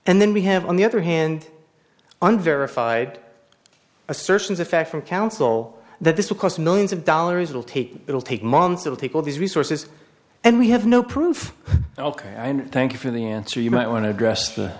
and then we have on the other hand unverified assertions of fact from counsel that this will cost millions of dollars it'll take it'll take months it'll take all these resources and we have no proof ok thank you for the answer you might want to address